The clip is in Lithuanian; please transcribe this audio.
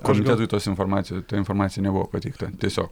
komitetui tos informaci ta informacija nebuvo pateikta tiesiog